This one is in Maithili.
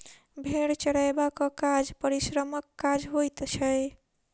भेंड़ चरयबाक काज परिश्रमक काज होइत छै